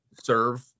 Serve